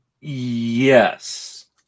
Yes